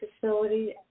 facility